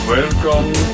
Welcome